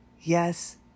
Yes